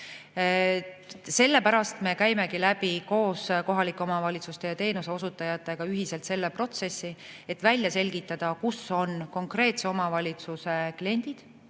Sellepärast me käimegi koos kohalike omavalitsuste ja teenuseosutajatega ühiselt selle protsessi läbi, et välja selgitada, kus on konkreetse omavalitsuse inimesed,